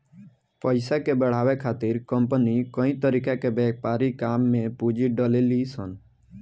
पइसा के बढ़ावे खातिर कंपनी कई तरीका के व्यापारिक काम में पूंजी डलेली सन